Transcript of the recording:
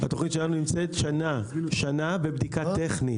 התכנית שלנו נמצאת שנה בבדיקה טכנית.